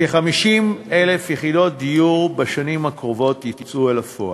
כ-50,000 יחידות דיור בשנים הקרובות יצאו אל הפועל.